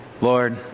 Lord